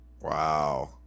Wow